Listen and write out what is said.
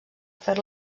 fer